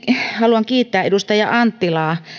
haluan kiittää edustaja anttilaa